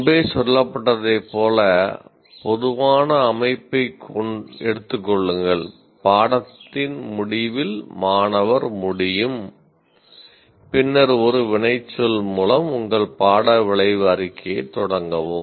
முன்பே சொல்லப்பட்டத்தைப் போல பொதுவான அமைப்பைக் எடுத்துக் கொள்ளுங்கள் "பாடத்தின் முடிவில் மாணவர் முடியும்" பின்னர் ஒரு வினைச்சொல் மூலம் உங்கள் பாட விளைவு அறிக்கையைத் தொடங்கவும்